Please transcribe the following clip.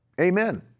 Amen